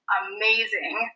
amazing